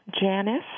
Janice